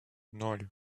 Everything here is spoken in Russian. ноль